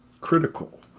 critical